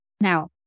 Now